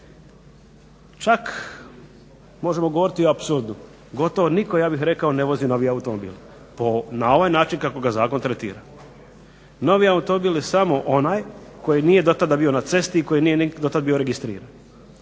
Čak možemo govoriti i o apsurdu. Gotovo nitko ne vozi novi automobil na ovaj način kako ga zakon tretira. Novi automobil je samo onaj koji nije do tada bio na cesti i koji nije ni do tad bio registriran.